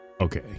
Okay